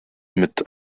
mit